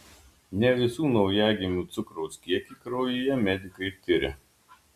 ne visų naujagimių cukraus kiekį kraujyje medikai tiria